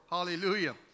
Hallelujah